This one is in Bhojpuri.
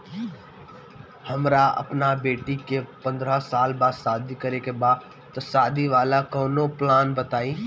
हमरा अपना बेटी के पंद्रह साल बाद शादी करे के बा त शादी वाला कऊनो प्लान बताई?